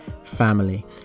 family